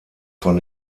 von